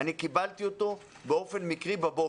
אני קיבלתי אותו באופן מקרי בבוקר.